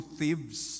thieves